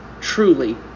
truly